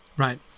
Right